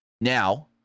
Now